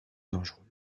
dangereuse